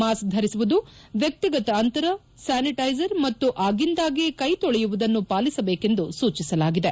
mask ದರಿಸುವುದು ವ್ವಿಗತ ಅಂತರ ಸ್ಥಾನಿಟೇಜರ್ ಮತ್ತು ಆಗ್ಗಿಂದಾಗ್ಗೆ ಕೈ ತೊಳೆಯುವುದನ್ನು ಪಾಲಿಸಬೇಕೆಂದು ಸೂಚಿಸಲಾಗಿದೆ